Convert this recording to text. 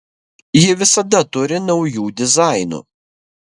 ji visada turi naujų dizainų